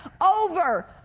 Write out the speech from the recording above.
over